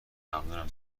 ممنونم